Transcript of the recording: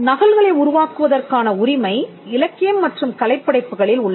நகல்களை உருவாக்குவதற்கான உரிமை இலக்கியம் மற்றும் கலைப் படைப்புகளில் உள்ளது